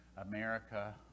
America